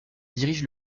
dirige